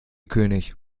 könig